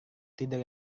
tidur